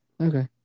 Okay